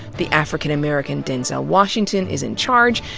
the african american denzel washington is in charge,